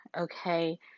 okay